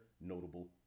notable